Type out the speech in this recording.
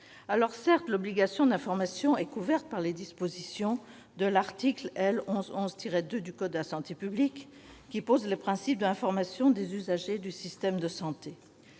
DGOS. Certes, l'obligation d'information est couverte par les dispositions de l'article L. 1111-2 du code de la santé publique, qui pose les principes de l'information des usagers du système de santé.